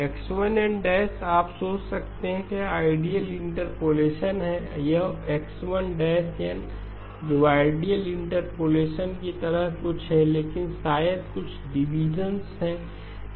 X1 n आप सोच सकते हैं कि यह आइडियल इंटरपोलेशन है यह X1 n जो आइडियल इंटरपोलेशन की तरह कुछ है लेकिन शायद कुछ डिविएशन्स है ठीक